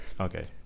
Okay